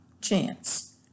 chance